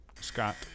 Scott